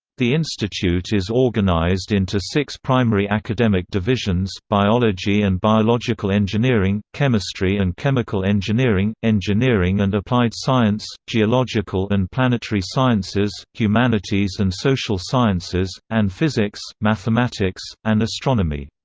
the institute is organized into six primary academic divisions biology and biological engineering, chemistry and chemical engineering, engineering and applied science, geological and planetary sciences, humanities and social sciences, and physics, mathematics, and astronomy.